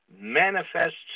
manifests